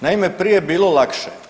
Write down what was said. Naime, prije je bilo lakše.